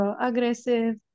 aggressive